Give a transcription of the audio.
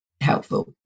helpful